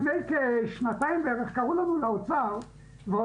לפני שנתיים בערך קראו לנו לאוצר והודיעו